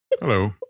Hello